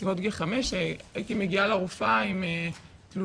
בסביבות גיל חמש הייתי מגיעה לרופאה עם תלונות